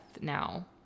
now